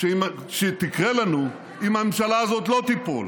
שתקרה לנו אם הממשלה הזאת לא תיפול.